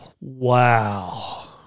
Wow